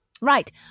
Right